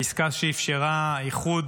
עסקה שאפשרה איחוד